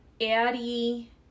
Addie